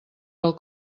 del